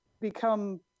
become